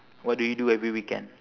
what do you do every weekend